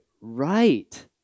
right